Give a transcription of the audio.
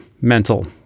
mental